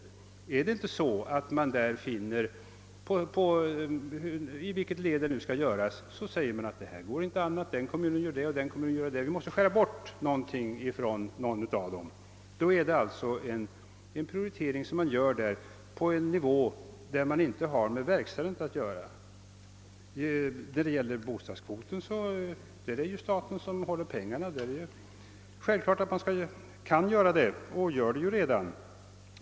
Blir det inte så att man — i vilket led det än skall göras — säger: »Det går inte an att den kommunen gör det och den kommunen gör det. Vi måste skära bort någonting från någon av dem.» Då gör man alltså en prioritering på en nivå, där man inte har med verkställandet att göra. När det gäller bostadskvoten är det staten som tillhandahåller pengarna. Då är det självklart att den kan göra prioriteringar, och det gör den redan.